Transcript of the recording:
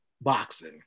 boxing